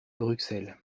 bruxelles